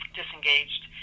disengaged